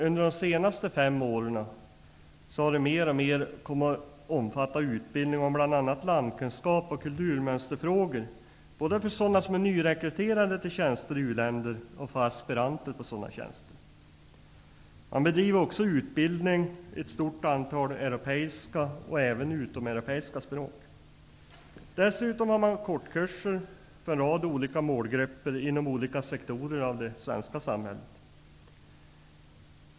Under de senaste fem åren har den mer och mer kommit att omfatta utbildning om bl.a. landkunskap och kulturmönsterfrågor både för sådana som är nyrekryterade till tjänster i u-länder och för aspiranter på sådana tjänster. Man bedriver även utbildning i ett stort antal europeiska och även utomeuropeiska språk. Dessutom har man kortkurser för en rad olika målgrupper inom olika sektorer av det svenska samhället.